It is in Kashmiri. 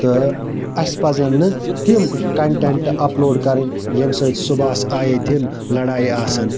تہٕ اَسہِ پَزَن نہٕ تِم کَنٹٮ۪نٹ اَپلوڈ کَرٕنۍ ییٚمہِ سۭتۍ صُبحس آیے دِن لَڑایہِ آسَن